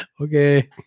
Okay